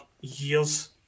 years